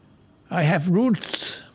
i have roots.